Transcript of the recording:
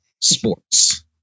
Sports